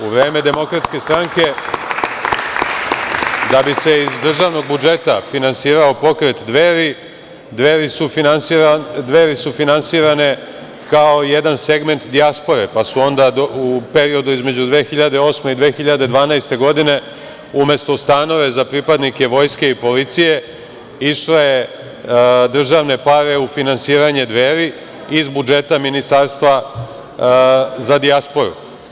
U vreme DS, da bi se iz državnog budžeta finansirao pokret Dveri, Dveri su finansirane kao jedan segment dijaspore, pa su onda u periodu između 2008. i 2012. godine, umesto u stanove za pripadnike Vojske i policije, išle državne pare u finansiranje Dveri iz budžeta Ministarstva za dijasporu.